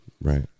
Right